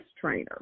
trainer